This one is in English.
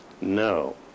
No